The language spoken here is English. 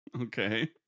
okay